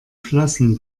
flossen